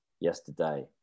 yesterday